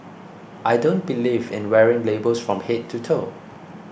I don't believe in wearing labels from head to toe